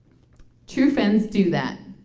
true friends do that.